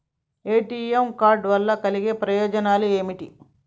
ATM card వల్ల కలిగే ప్రయోజనాలు ఏమిటి?